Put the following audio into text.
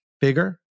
bigger